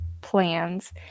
plans